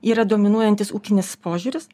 yra dominuojantis ūkinis požiūris